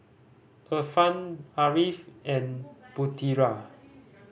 Irfan Ariff and Putera